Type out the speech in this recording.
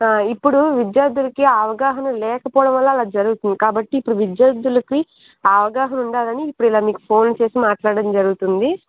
ఇప్పుడు విద్యార్ధులకి అవగాహన లేకపోవడం వల్ల అలా జరుగుతుంది కాబట్టి ఇప్పుడు విద్యార్ధులకి ఆ అవగాహన ఉండాలని ఇప్పుడు ఇలా మీకు ఫోన్ చేసి మాట్లాడడం జరుగుతుంది